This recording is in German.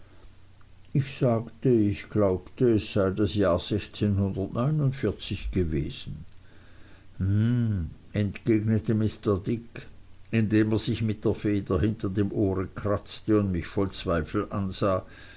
ich sagte ich glaubte es sei das jahr gewesen hm entgegnete mr dick indem er sich mit der feder hinter dem ohre kratzte und mich voll zweifel ansah